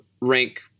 rank